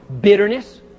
Bitterness